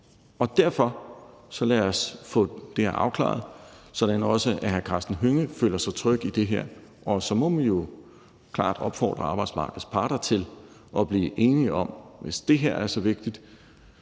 os derfor få det her afklaret, så også hr. Karsten Hønge føler sig tryg i det her. Og så må vi jo klart opfordre arbejdsmarkedets parter til at blive enige om, at hvis det her er så vigtigt,